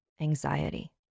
Anxiety